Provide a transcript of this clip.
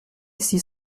six